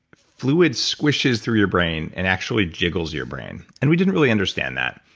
fluid squishes through your brain and actually jiggles your brain. and we didn't really understand that.